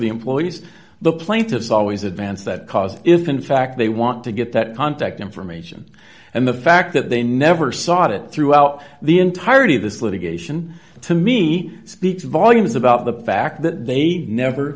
the employees the plaintiffs always advance that cause if in fact they want to get that contact information and the fact that they never sought it throughout the entirety of this litigation to me speaks volumes about the fact that they never